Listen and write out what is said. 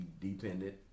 dependent